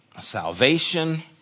salvation